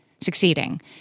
succeeding